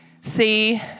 see